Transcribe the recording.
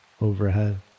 overhead